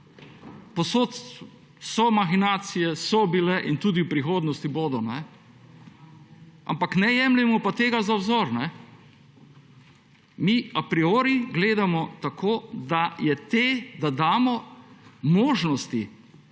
Povsod so mahinacije, so bile in tudi v prihodnosti bodo. Ampak ne jemljimo pa tega za vzor. Mi apriori gledamo tako, da je te, da damo možnosti